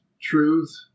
truth